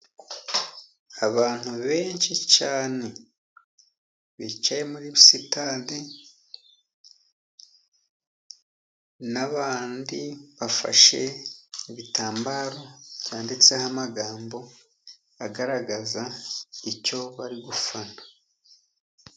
Abantu benshi cyane bicaye muri sitade, n'abandi bafashe ibitambaro byanditseho amagambo agaragaza icyo bari gufana.